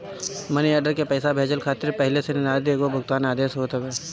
मनी order पईसा भेजला खातिर पहिले से निर्धारित एगो भुगतान आदेश होत हवे